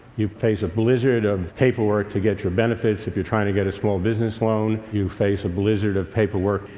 you face a blizzard of paperwork to get your benefits if you're trying to get a small business loan, you face a blizzard of paperwork.